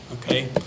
okay